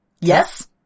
Yes